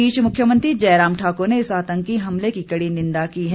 इस बीच मुख्यमंत्री जयराम ठाकुर ने इस आतंकी हमले की कड़ी निंदा की है